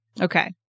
Okay